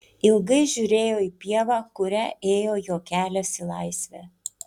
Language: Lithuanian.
ilgai žiūrėjo į pievą kuria ėjo jo kelias į laisvę